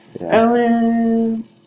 Ellen